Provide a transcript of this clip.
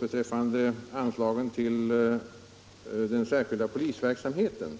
Beträffande anslagen till den särskilda polisverksamheten